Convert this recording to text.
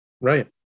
right